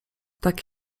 tak